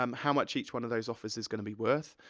um how much each one of those offers is gonna be worth,